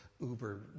Uber